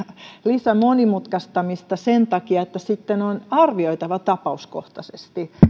lisämonimutkaistamista sen takia että sitten on arvioitava tapauskohtaisesti